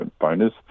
bonus